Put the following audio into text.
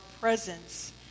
presence